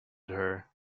her